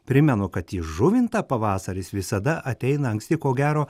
primenu kad į žuvintą pavasaris visada ateina anksti ko gero